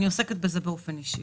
אני עוסקת בזה באופן אישי.